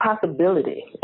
possibility